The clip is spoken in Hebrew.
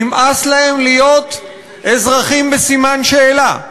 נמאס להם להיות אזרחים בסימן שאלה,